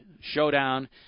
Showdown